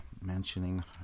mentioning